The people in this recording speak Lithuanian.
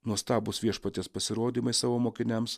nuostabūs viešpaties pasirodymai savo mokiniams